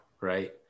right